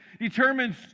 determines